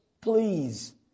Please